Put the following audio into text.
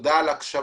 תודה על ההקשבה.